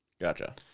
Gotcha